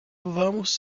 vamos